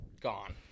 gone